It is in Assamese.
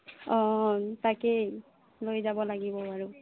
অঁ তাকেই লৈ যাব লাগিব বাৰু